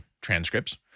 transcripts